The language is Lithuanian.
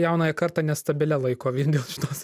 jaunąją kartą nestabilia laiko vien dėl šitos